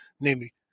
namely